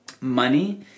Money